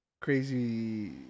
crazy